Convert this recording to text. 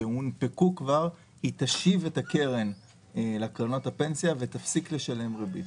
שהונפקו כבר תשיב את הכסף לקרנות הפנסיה ותפסיק לשלם ריבית.